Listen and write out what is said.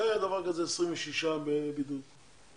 מתי היה דבר כזה 26 בבידוד ביחד?